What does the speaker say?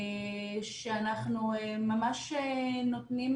אנחנו ממש נותנים